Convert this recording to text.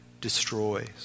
Destroys